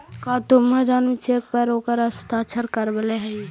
का तु महाजनी चेक पर ओकर हस्ताक्षर करवले हलहि